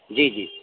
जी जी